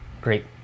great